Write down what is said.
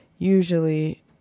usually